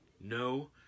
No